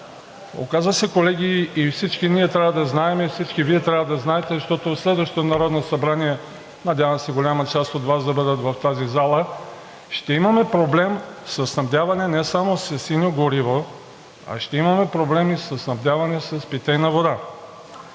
Оказа се, колеги, и всички ние трябва да знаем и всички Вие трябва да знаете, защото в следващото Народно събрание – надявам се голяма част от Вас да бъдат в тази зала, ще имаме проблем със снабдяването не само със синьо гориво, а ще имаме проблем със снабдяването и с питейна вода.